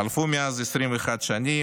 חלפו מאז 21 שנים.